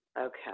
Okay